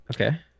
Okay